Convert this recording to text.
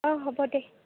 অঁ হ'ব দে